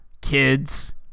Kids